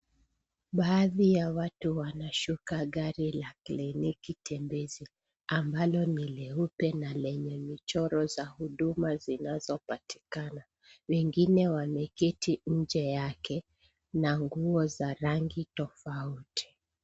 Baadhi ya watu wanashuka gari la kliniki tembezi, ambalo ni leupe na lenye michoro za huduma zinazopatikana. Wengine wameketi nje yake, na nguo za rangi tofauti.